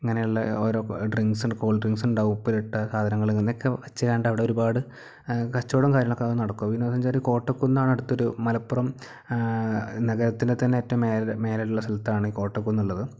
ഇങ്ങനെയുള്ള ഓരോ drinks cool drinks ഉണ്ടാകും ഉപ്പിലിട്ട സാധനങ്ങള് ഇങ്ങനെയൊക്കെ വെച്ചുകൊണ്ട് ഒരുപാട് കച്ചവടം കാര്യങ്ങളൊക്കെ നടക്കും വിനോദസഞ്ചാരം എന്ന് വെച്ചാൽ കോട്ടക്കുന്ന് അടുത്തൊരു മലപ്പുറം നഗരത്തിലെ തന്നെ ഏറ്റവും മേലെ മേലെയുള്ള സ്ഥലത്താണ് കോട്ടക്കുന്ന് ഉള്ളത്